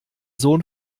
sohn